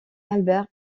albert